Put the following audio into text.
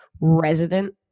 resident